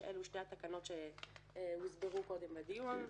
שאלה שתי התקנות שהוסברו קודם בדיון,